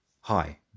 hi